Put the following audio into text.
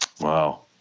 Wow